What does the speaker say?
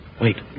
Wait